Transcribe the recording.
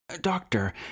Doctor